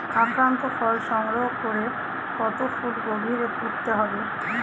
আক্রান্ত ফল সংগ্রহ করে কত ফুট গভীরে পুঁততে হবে?